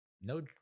no